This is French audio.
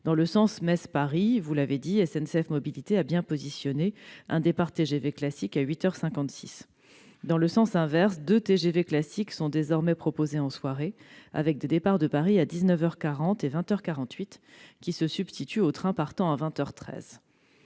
Dans le sens Metz-Paris, vous l'avez dit, SNCF Mobilités a bien positionné un départ TGV classique à 8h56. Dans le sens inverse, deux TGV classiques sont dorénavant proposés en soirée, avec des départs de Paris à 19h40 et 20h48, qui se substituent au train partant à 20h13.